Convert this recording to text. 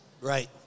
Right